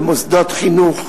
במוסדות חינוך,